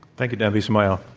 thank you, dambisa moyo.